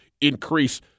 increase